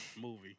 movie